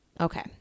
okay